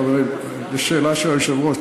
חברים, אני בשאלה של היושב-ראש.